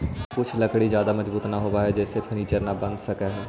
कुछ लकड़ी ज्यादा मजबूत न होवऽ हइ जेसे फर्नीचर न बन सकऽ हइ